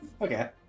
Okay